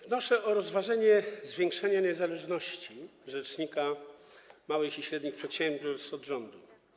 Wnoszę o rozważenie zwiększenia niezależności rzecznika małych i średnich przedsiębiorców od rządu.